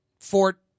Fort